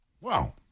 Wow